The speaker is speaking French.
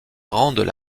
rendent